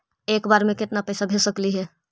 एक बार मे केतना पैसा भेज सकली हे?